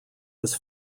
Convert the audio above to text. was